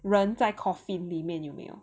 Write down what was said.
人在 coffin 里面有没有